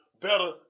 better